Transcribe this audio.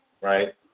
right